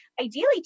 ideally